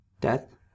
death